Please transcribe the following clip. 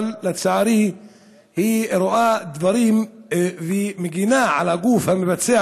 אבל לצערי היא רואה דברים ומגִנה על הגוף המבצע,